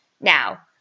Now